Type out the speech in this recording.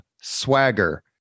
Swagger